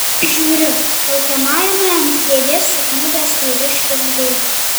žiūriu laukiamajame ant kėdės sukniubęs vyriškis guli